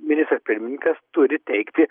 ministras pirmininkas turi teikti